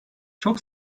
çok